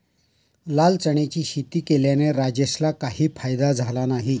लाल चण्याची शेती केल्याने राजेशला काही फायदा झाला नाही